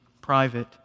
private